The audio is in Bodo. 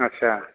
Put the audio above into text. आथसा